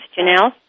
Janelle